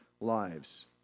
lives